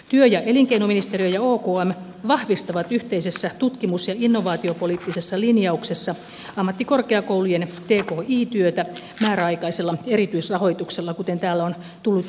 työ ja elinkeinoministeriö ja okm vahvistavat yhteisessä tutkimus ja innovaatiopoliittisessa linjauksessa ammattikorkeakoulujen tki työtä määräaikaisella erityisrahoituksella kuten täällä on tullutkin jo esille